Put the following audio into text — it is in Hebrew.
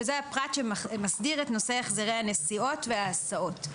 שזה הפרט שמסדיר את נושא החזרי הנסיעות וההסעות.